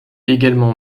également